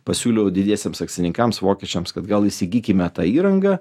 pasiūliau didiesiems akcininkams vokiečiams kad gal įsigykime tą įrangą